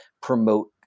promote